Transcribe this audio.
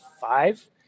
five